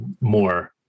more